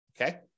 okay